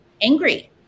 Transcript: angry